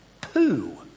poo